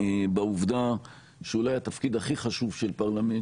בעובדה שאולי התפקיד הכי חשוב של פרלמנט,